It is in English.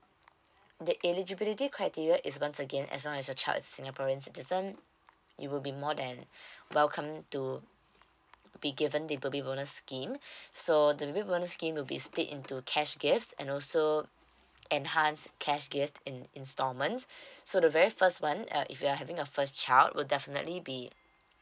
the eligibility criteria is once again as long as your child is singaporeans citizen you will be more than welcome to be given the baby bonus scheme so the baby bonus scheme will be split into cash gifts and also enhanced cash gifts in installments so the very first one uh if you're having a first child will definitely be